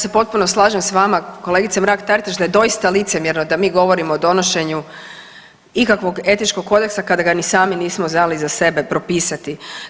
Ja se potpuno slažem s vama kolegice Mrak Taritaš da je doista licemjerno da mi govorimo o donošenju ikakvog etičkog kodeksa kada ga ni sami nismo znali za sebe propisati.